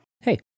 Hey